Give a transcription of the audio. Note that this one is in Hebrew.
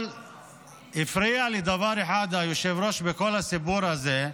אבל הפריע לי דבר אחד, היושב-ראש, בכל הסיפור הזה,